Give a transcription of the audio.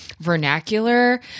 vernacular